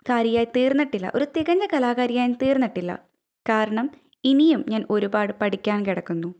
കാരിയായി തീർന്നിട്ടില്ല ഒരു തികഞ്ഞ കലാകാരിയായി തീർന്നിട്ടില്ല കാരണം ഇനിയും ഞാൻ ഒരുപാട് പഠിക്കാൻ കിടക്കുന്നു